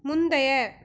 முந்தைய